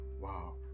Wow